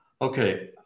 Okay